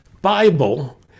bible